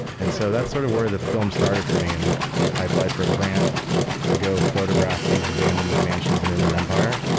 and so, that's sort of where the film started for me. and i applied for a grant to go photograph these abandoned mcmansions in inland empire,